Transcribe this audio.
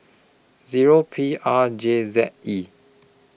Zero P R J Z E